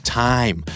time